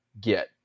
get